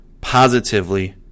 positively